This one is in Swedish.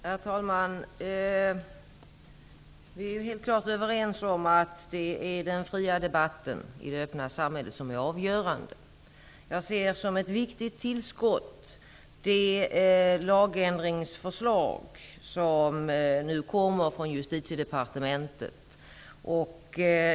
Herr talman! Vi är helt klart överens om att det är den fria debatten i ett öppet samhälle som är avgörande. Jag ser som ett viktigt tillskott det lagändringsförslag som nu kommer från Justitiedepartementet.